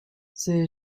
ces